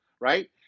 Right